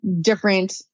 different